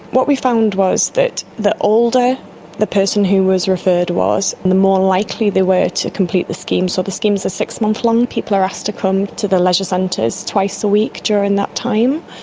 what we found was that the older the person who was referred was, and the more likely they were to complete the scheme. so the schemes are six month along, people are asked to come to the leisure centres twice a week during that time.